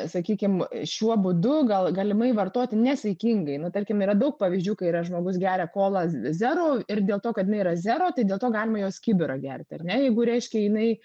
sakykim šiuo būdu gal galimai vartoti nesaikingai nu tarkim yra daug pavyzdžių kai yra žmogus geria kolą zero ir dėl to kad jinai yra zero tai dėl to galima juos kibirą gerti ar ne jeigu reiškia jinai